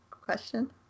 question